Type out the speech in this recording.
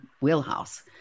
wheelhouse